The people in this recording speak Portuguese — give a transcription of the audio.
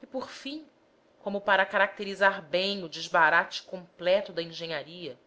e por fim como para caracterizar bem o desbarate completo da engenharia